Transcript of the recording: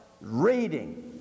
reading